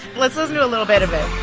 let's listen to a little bit of it